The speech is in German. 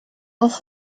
auch